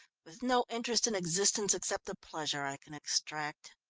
with no interest in existence, except the pleasure i can extract.